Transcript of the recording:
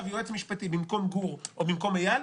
יועץ משפטי במקום גור בליי או במקום איל,